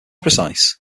precise